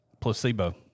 Placebo